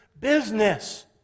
business